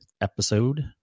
episode